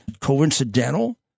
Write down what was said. coincidental